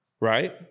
right